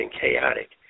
chaotic